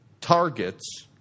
targets